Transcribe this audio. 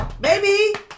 Baby